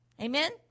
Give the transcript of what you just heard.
Amen